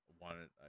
wanted